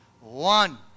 One